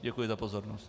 Děkuji za pozornost.